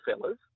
fellas